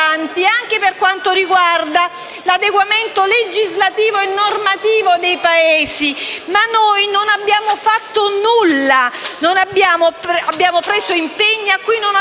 anche per quanto riguarda l'adeguamento legislativo e normativo dei Paesi, ma noi non abbiamo fatto nulla, abbiamo preso degli impegni a cui non abbiamo